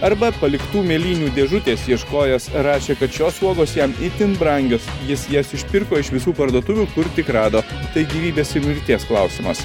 arba paliktų mėlynių dėžutės ieškojęs rašė kad šios uogos jam itin brangios jis jas išpirko iš visų parduotuvių kur tik rado tai gyvybės ir mirties klausimas